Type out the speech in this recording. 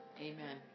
Amen